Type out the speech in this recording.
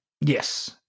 Yes